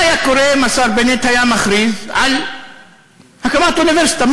מה היה קורה אם השר בנט היה מכריז על הקמת אוניברסיטה,